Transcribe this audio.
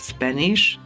Spanish